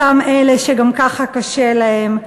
אלה שגם ככה קשה להם.